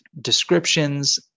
descriptions